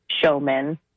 showmen